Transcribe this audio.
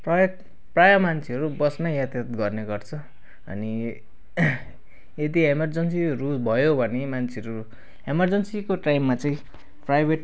प्रायः प्रायः मान्छेहरू बसमै यातायात गर्ने गर्छ अनि यदि इमरजेन्सीहरू भयो भने मान्छेहरू इमरजेन्सीको टाइममा चाहिँ प्राइभेट